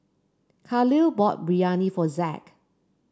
Khalil bought Biryani for Zack